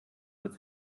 wird